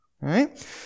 right